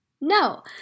no